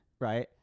right